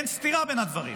אין סתירה בין הדברים.